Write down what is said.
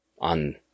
on